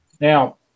Now